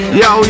yo